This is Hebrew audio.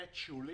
שולי.